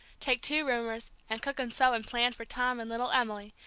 take two roomers, and cook and sew and plan for tom and little emily,